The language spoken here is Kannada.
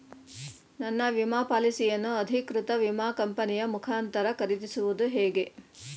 ನನ್ನ ವಿಮಾ ಪಾಲಿಸಿಯನ್ನು ಅಧಿಕೃತ ವಿಮಾ ಕಂಪನಿಯ ಮುಖಾಂತರ ಖರೀದಿಸುವುದು ಹೇಗೆ?